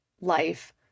life